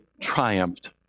triumphed